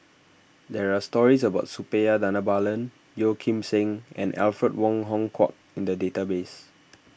there are stories about Suppiah Dhanabalan Yeo Kim Seng and Alfred Wong Hong Kwok in the database